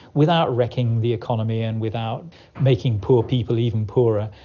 without wrecking the economy and without making poor people even poorer.